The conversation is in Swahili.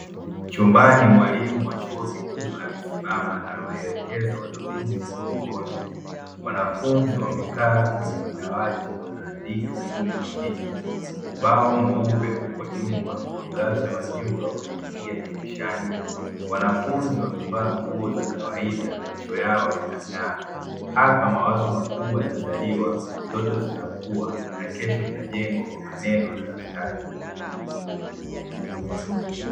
Chumbani mwalimu wa chuo kikuu amesimama anawaelekeza wanafunzi kwa mkono. Wanafunzi wamekaa kwenye madawati wanaandika kwa umakini. Ubao mweupe uko nyuma, mwangaza wa jua unaingia dirishani. Wanafunzi wamevaa nguo za kawaida macho yao yanang`aa. Hapa mawazo makubwa yamezaliwa ndoto zinakua na kesho inajengwa kwa maneno na daftari.